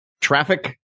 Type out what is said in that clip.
traffic